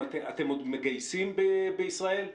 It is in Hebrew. אתם עוד מגייסים בישראל?